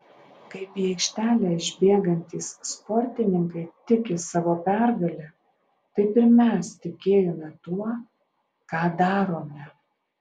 kaip į aikštelę išbėgantys sportininkai tiki savo pergale taip ir mes tikėjome tuo ką darome